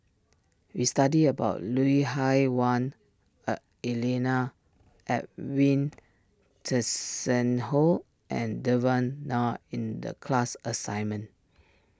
we studied about Lui Hah Wah a Elena Edwin Tessensohn and Devan Nair in the class assignment